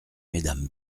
mesdames